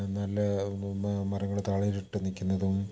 നല്ല മരങ്ങൾ തളിരിട്ട് നിൽക്കുന്നതും